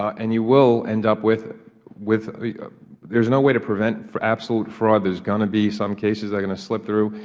and you will end up with with there's no way to prevent for absolute fraud. there's going to be some cases that are going to slip through,